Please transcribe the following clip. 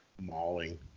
mauling